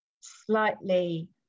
slightly